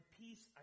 peace